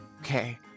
Okay